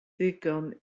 ddigon